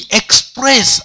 express